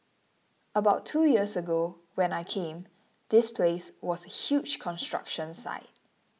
about two years ago when I came this place was a huge construction site